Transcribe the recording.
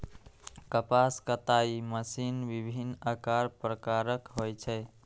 कपास कताइ मशीन विभिन्न आकार प्रकारक होइ छै